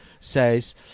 says